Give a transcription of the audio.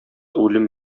үлем